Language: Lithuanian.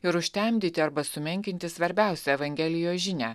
ir užtemdyti arba sumenkinti svarbiausią evangelijos žinią